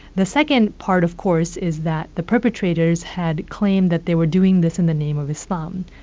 the second part, of course, is that the perpetrators had claimed that they were doing this in the name of islam.